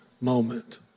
moment